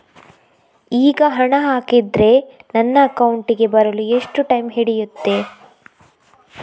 ಈಗ ಹಣ ಹಾಕಿದ್ರೆ ನನ್ನ ಅಕೌಂಟಿಗೆ ಬರಲು ಎಷ್ಟು ಟೈಮ್ ಹಿಡಿಯುತ್ತೆ?